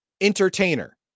entertainer